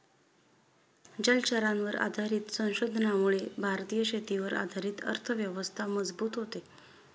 जलचरांवर आधारित संशोधनामुळे भारतीय शेतीवर आधारित अर्थव्यवस्था मजबूत होते